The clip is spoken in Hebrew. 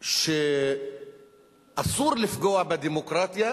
אתמול שאסור לפגוע בדמוקרטיה,